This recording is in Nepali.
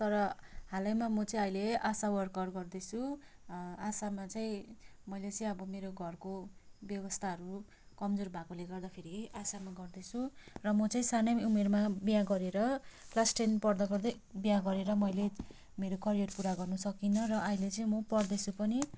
तर हालैमा म चाहिँ अहिले आशा वर्कर गर्दैछु आशामा चाहिँ मैले चाहिँ अब मेरो घरको व्यवस्थाहरू कमजोर भएकोले गर्दाखेरि आशामा गर्दैछु र म चाहिँ सानै उमेरमा बिहे गरेर क्लास टेन पढ्दा गर्दै बिहे गरेर मैले मेरो करियर पुरा गर्नु सकिनँ र अहिले चाहिँ म पढ्दै छु पनि